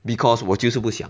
because 我就是不想